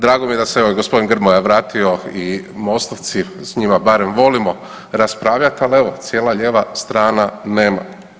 Drago mi je da se evo gospodin Grmoja vratio i MOST-ovci, s njima barem volimo raspravljati, ali evo cijela lijeva strana nema.